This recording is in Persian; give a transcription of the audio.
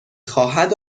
خواهد